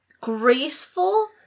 graceful